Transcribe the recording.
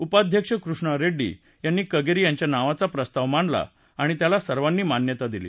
उपाध्यक्ष कृष्णा रेड्डी यांनी कगेरी यांच्या नावाचा प्रस्ताव मांडला त्याला सर्वांनी मान्यता दिली